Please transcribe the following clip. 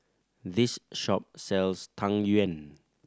this shop sells Tang Yuen